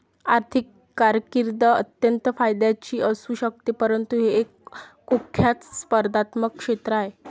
आर्थिक कारकीर्द अत्यंत फायद्याची असू शकते परंतु हे एक कुख्यात स्पर्धात्मक क्षेत्र आहे